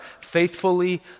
faithfully